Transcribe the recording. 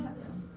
Yes